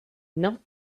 knelt